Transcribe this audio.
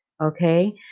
okay